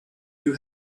you